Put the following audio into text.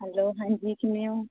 hello ਹਾਂਜੀ ਕਿਵੇਂ ਹੋ